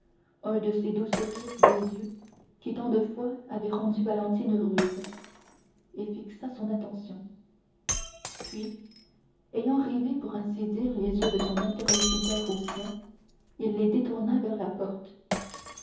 un de ces doux sourires des yeux qui tant de fois avaient rendu valentine heureuse et fixa son attention puis ayant rivé pour ainsi dire les yeux de son interlocuteur aux siens il les détourna vers la porte